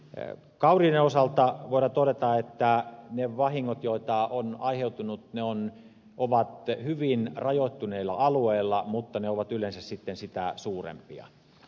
kauriiden osalta voidaan todeta että ne vahingot joita on aiheutunut ovat hyvin rajoittuneilla alueilla mutta ne ovat yleensä sitten sitä suurempia